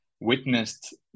witnessed